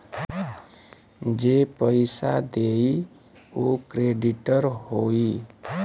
जे पइसा देई उ क्रेडिटर होई